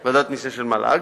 כן, ועדת משנה של מל"ג.